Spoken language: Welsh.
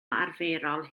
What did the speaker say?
arferol